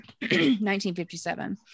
1957